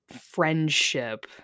friendship